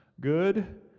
Good